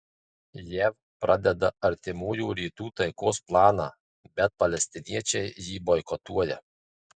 jav pradeda artimųjų rytų taikos planą bet palestiniečiai jį boikotuoja